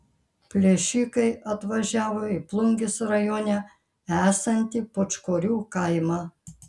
plėšikai atvažiavo į plungės rajone esantį pūčkorių kaimą